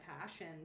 passion